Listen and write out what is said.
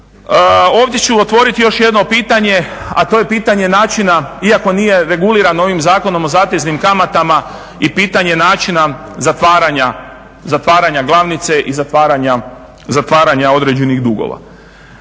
Ovdje ću otvorit još jedno pitanje, a to je pitanje načina iako nije reguliran ovim Zakonom o zateznim kamata i pitanje načina zatvaranja glavnice i zatvaranja određenih dugova.